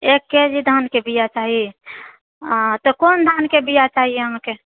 एक K G धानके बिआ चाही तऽ कोन धानके बिआ चाही अहाँके